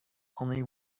only